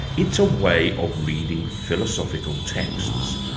it's a way of reading philosophical texts.